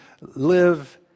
live